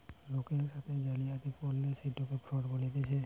লোকের সাথে জালিয়াতি করলে সেটকে ফ্রড বলতিছে